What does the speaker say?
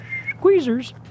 squeezers